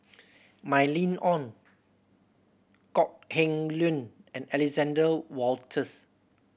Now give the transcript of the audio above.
Mylene Ong Kok Heng Leun and Alexander Wolters